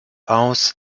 aus